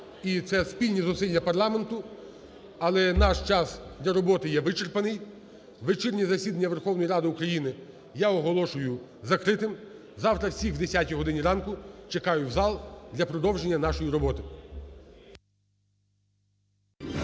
і це спільні зусилля парламенту. Але наш час для роботи є вичерпаний. Вечірнє засідання Верховної Ради України я оголошую закритим. Завтра всіх в 10 годині ранку чекаю в зал для продовження нашої роботи.